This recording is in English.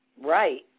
Right